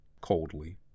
coldly